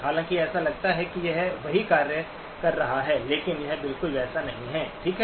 हालाँकि ऐसा लगता है कि यह वही कार्य कर रहा है लेकिन यह बिल्कुल वैसा नहीं है ठीक है